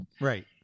Right